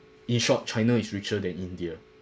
in short china is richer than india